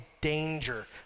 danger